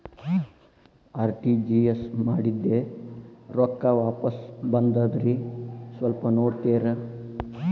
RTGS ಮಾಡಿದ್ದೆ ರೊಕ್ಕ ವಾಪಸ್ ಬಂದದ್ರಿ ಸ್ವಲ್ಪ ನೋಡ್ತೇರ?